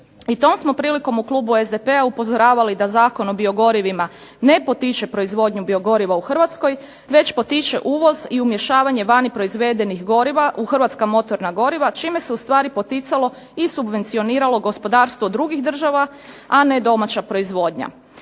I tom smo prilikom u klubu SDP-a upozoravali da Zakon o biogorivima ne potiče proizvodnju biogoriva u Hrvatskoj već potiče uvoz i umješavanje vani proizvedenih goriva u hrvatska motorna goriva čime se ustvari poticalo i subvencioniralo gospodarstvo drugih država, a ne domaća proizvodnja.